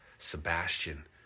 Sebastian